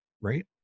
right